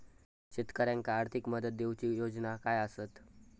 शेतकऱ्याक आर्थिक मदत देऊची योजना काय आसत?